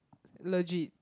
legit